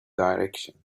direction